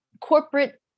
corporate